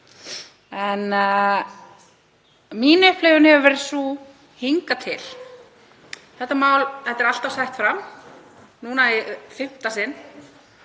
En mín upplifun hefur verið sú hingað til — þetta mál er alltaf lagt fram, núna í fimmta sinn,